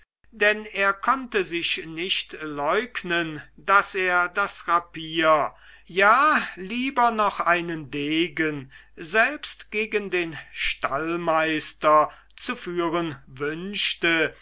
denn er konnte sich nicht leugnen daß er das rapier ja lieber noch einen degen selbst gegen den stallmeister zu führen wünschte